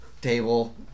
table